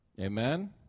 Amen